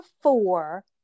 four